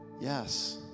Yes